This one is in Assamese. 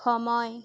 সময়